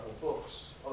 books